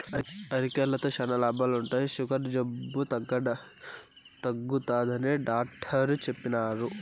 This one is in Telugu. అరికెలతో శానా లాభాలుండాయి, సుగర్ జబ్బు తగ్గుతాదని డాట్టరు చెప్పిన్నారు